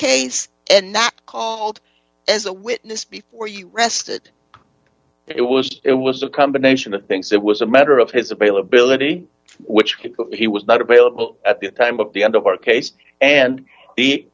case and not called as a witness before you arrested it was it was a combination of things it was a matter of his availability which he was not available at the time of the end of our case and